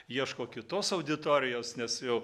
ieško kitos auditorijos nes jau